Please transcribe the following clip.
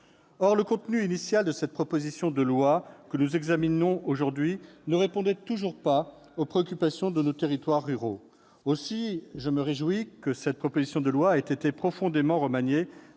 Or le contenu initial de la proposition de loi que nous examinons aujourd'hui ne répondait toujours pas aux préoccupations de nos territoires ruraux. Aussi, je me réjouis que cette proposition de loi ait été profondément remaniée